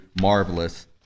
marvelous